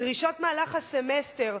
דרישות מהלך הסמסטר,